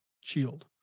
Shield